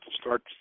start